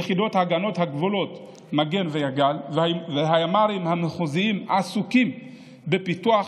יחידות הגנת הגבולות מג"ן ויג"ל והימ"רים המחוזיים עסוקים בפיצוח